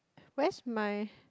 where's my